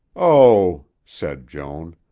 oh, said joan,